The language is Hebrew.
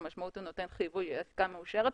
הוא נותן חיווי עסקה מאושרת.